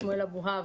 שמואל אבוהב,